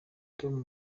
tom